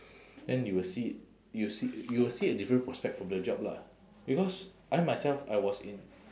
then you will see you will see you will see a different prospect from the job lah because I myself I was in